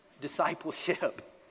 discipleship